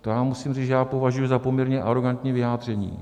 Já musím říct, že to považuji za poměrně arogantní vyjádření.